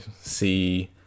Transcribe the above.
see